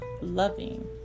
loving